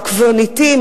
הקברניטים,